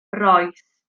rois